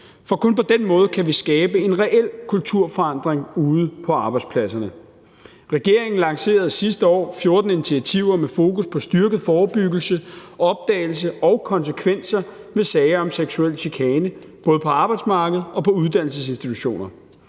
for kun på den måde kan vi skabe en reel kulturforandring ude på arbejdspladserne. Regeringen lancerede sidste år 14 initiativer med fokus på styrket forebyggelse, opdagelse og konsekvenser ved sager om seksuel chikane både på arbejdsmarkedet og på uddannelsesinstitutioner.